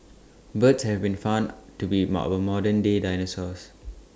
birds have been found to be our modern day dinosaurs